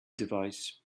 device